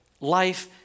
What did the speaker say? life